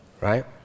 Right